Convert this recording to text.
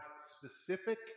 specific